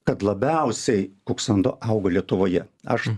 kad labiausiai kuksando auga lietuvoje aš